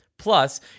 Plus